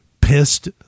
pissed